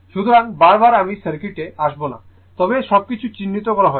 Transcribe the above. সুতরাং বারবার আমি সার্কিটে আসব না তবে সবকিছু চিহ্নিত করা হয়েছে